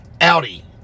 Audi